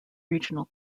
regional